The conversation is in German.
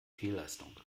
fehlleistung